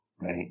right